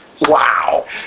Wow